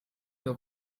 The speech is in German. der